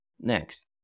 Next